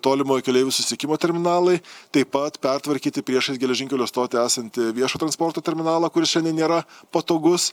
tolimojo keleivių susisiekimo terminalai taip pat pertvarkyti priešais geležinkelio stotį esantį viešo transporto terminalą kuris šiandien nėra patogus